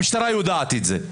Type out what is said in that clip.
המשטרה יודעת את זה.